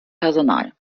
personal